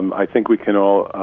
i think we can all ah.